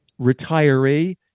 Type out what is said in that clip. retiree